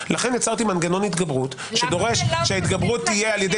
יצרתי מנגנון התגברות שדורש שההתגברות תהיה על ידי